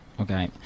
Okay